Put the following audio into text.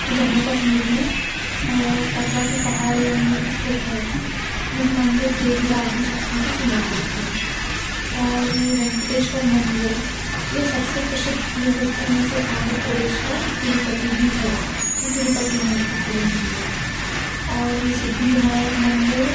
जम्मू कश्मीर में कटरा की पहाड़ियों में स्थित है यह मंदिर देवी आदिशक्ति को समर्पित है और वेंकटेश्वर मंदिर ये सबसे प्रसिद्ध तीर्थस्थल में से आंध्र प्रदेश का तिरुपति भी है यह तिरुपति में स्थित है यह मंदिर और सिद्धिविनायक मंदिर